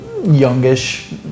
Youngish